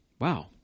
Wow